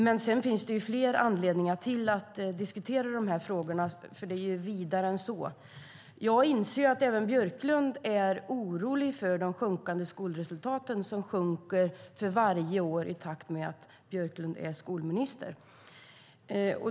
Men sedan finns det fler anledningar att diskutera de här frågorna, för detta är vidare än så. Jag inser att även Björklund är orolig för de sjunkande skolresultaten. De sjunker för varje år i takt med att Björklund är skolminister.